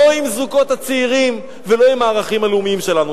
לא לזוגות הצעירים ולא לערכים הלאומיים שלנו.